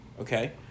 Okay